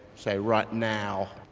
say, right now.